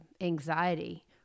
anxiety